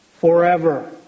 forever